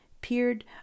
peered